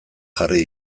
jarri